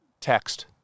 text